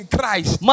Christ